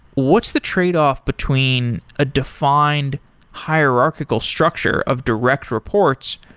what's the trade-off between a defined hierarchical structure of direct reports,